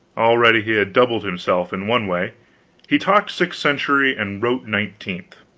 already he had doubled himself in one way he talked sixth century and wrote nineteenth.